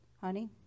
Honey